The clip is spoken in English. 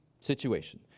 situation